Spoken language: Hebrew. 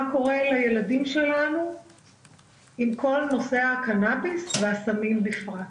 מה קורה לילדים שלנו עם כל נושא הקנאביס והסמים בכלל.